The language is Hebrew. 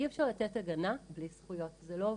אי אפשר לתת הגנה בלי זכויות, זה לא עובד,